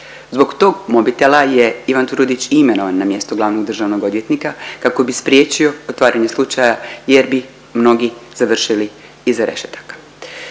Zbog tog mobitela je Ivan Turudić i imenovan na mjesto glavnog državnog odvjetnika kako bi spriječio otvaranje slučaja jer bi mnogi završili iza rešetaka.